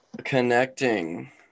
Connecting